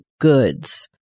Goods